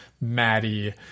Maddie